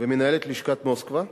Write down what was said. ומנהלת לשכת מוסקבה,